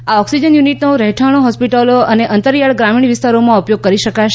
આ ઓકસીજન યુનીટને રહેઠાણો હોસ્પિટલો અને અંતરીયાળ ગ્રામીણ વિસ્તારોમાં ઉપયોગ કરી શકાશે